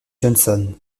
johnson